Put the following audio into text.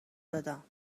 بدم